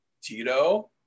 Tito